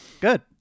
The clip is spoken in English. good